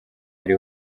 ari